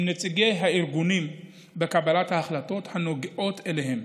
נציגי הארגונים בקבלת החלטות הנוגעות אליהם,